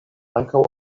ankaŭ